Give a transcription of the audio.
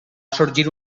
sorgir